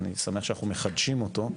אני שמח שאנחנו מחדשים אותו,